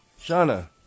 Shana